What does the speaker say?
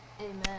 amen